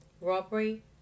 robbery